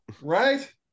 Right